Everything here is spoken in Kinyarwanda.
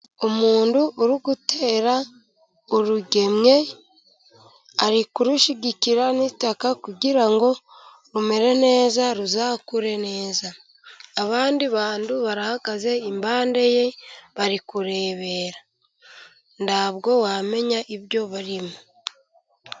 Umuntu uri gutera urugemwe ari kurushyigikira n'itaka, kugira ngo rumere neza, ruzakure neza, abandi bantu barahagaze impande ye bari kurebera, ntabwo wamenya ibyo barimo.